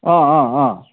অঁ অঁ অঁ